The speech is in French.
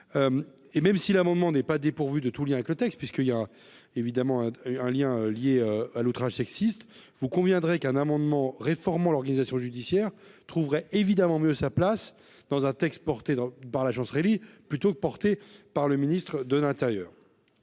et même si l'amendement n'est pas dépourvu de tout lien avec le texte puisqu'il y a évidemment un lien lié à l'outrage sexiste, vous conviendrez qu'un amendement réformant l'organisation judiciaire trouverait évidemment mieux sa place dans un texte porté dans par l'Agence plutôt porté par le ministre de l'Intérieur